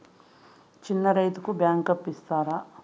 చిన్న రైతుకు బ్యాంకు అప్పు ఇస్తారా?